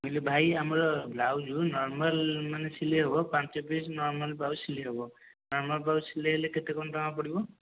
ମୁଁ କହିଲି ଭାଇ ଆମର ବ୍ଲାଉଜ ଯେଉଁ ନରମାଲ ମାନେ ସିଲାଇହେବ ପାଞ୍ଚ ପିସ ନରମାଲ ବ୍ଲାଉଜ ସିଲାଇହେବ ନରମାଲ ବ୍ଲାଉଜ ସିଲେଇ ହେଲେ କେତେ କ'ଣ ଟଙ୍କା ପଡ଼ିବ